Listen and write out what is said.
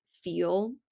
feel